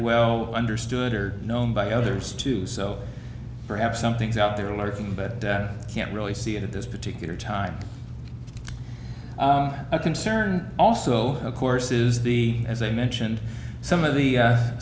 well understood or known by others too so perhaps something's out there lurking but can't really see it at this particular time a concern also of course is the as i mentioned some of the